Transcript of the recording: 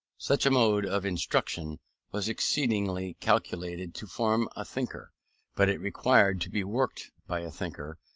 such a mode of instruction was excellently calculated to form a thinker but it required to be worked by a thinker,